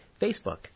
Facebook